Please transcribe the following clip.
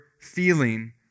feeling